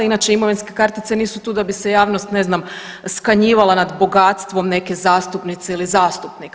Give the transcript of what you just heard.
Inače imovinske kartice nisu tu da bi se javnost ne znam, skanjivala nad bogatstvom neke zastupnice, ili zastupnika.